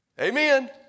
Amen